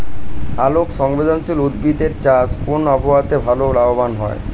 আলোক সংবেদশীল উদ্ভিদ এর চাষ কোন আবহাওয়াতে ভাল লাভবান হয়?